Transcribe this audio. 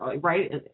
right